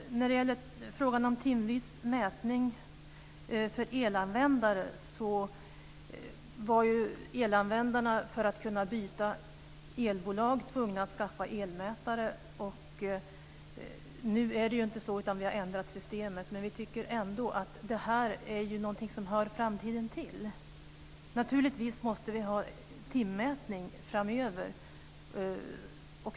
Sedan har vi frågan om timvis mätning för elanvändare. För att kunna byta elbolag var ju elanvändarna tvungna att skaffa elmätare. Nu är det inte så. Vi har ändrat systemet. Men vi tycker ändå att detta är någonting som hör framtiden till. Vi måste ha timmätning framöver.